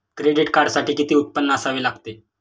Credit कार्डसाठी किती उत्पन्न असावे लागते?